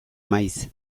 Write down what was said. maiz